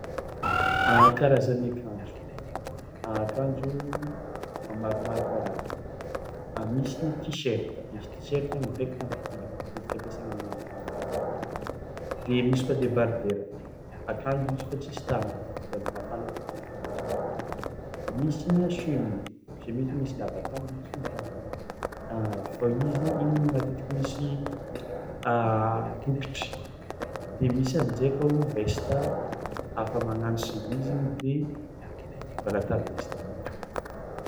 A karazany akanjo, akanjo a maromaro karazany: a misy ny tiserta misy tiserta direkta ampidirigny matetiky ampiasaigny amin'ny andro mafana de misy koa debardera akanjo izy fo tsisy tàgnana de andro mafana koa matetiky ampiasagna izy de misy a chemise chemise misy lava tàgnana, misy fohy tàgnana fao izy igny matetiky misy bokotry de misy amin-jay koa o veste afa magnano chemise igny de mbôla ata veste zany.